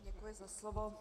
Děkuji za slovo.